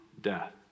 death